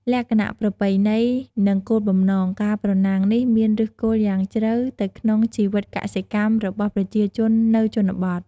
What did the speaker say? លក្ខណៈប្រពៃណី និងគោលបំណង ការប្រណាំងនេះមានឫសគល់យ៉ាងជ្រៅទៅក្នុងជីវិតកសិកម្មរបស់ប្រជាជននៅជនបទ។